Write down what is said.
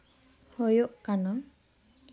ᱦᱳᱭᱳᱜ ᱠᱟᱱᱟ